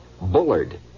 Bullard